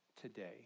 today